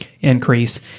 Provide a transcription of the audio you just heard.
increase